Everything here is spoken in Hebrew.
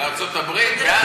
בארצות הברית?